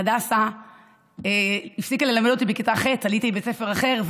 הדסה הפסיקה ללמד אותי בכיתה ח' ועליתי לבית ספר אחר,